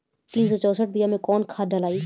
तीन सउ चउसठ बिया मे कौन खाद दलाई?